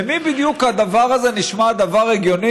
למי בדיוק הדבר הזה נשמע דבר הגיוני,